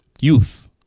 Youth